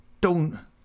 Don't